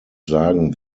sagen